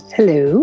Hello